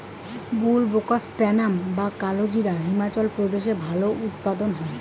বুলবোকাস্ট্যানাম বা কালোজিরা হিমাচল প্রদেশে ভালো উৎপাদন হয়